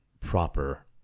proper